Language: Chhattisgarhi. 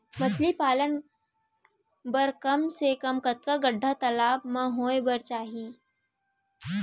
मछली पालन बर कम से कम कतका गड्डा तालाब म होये बर चाही?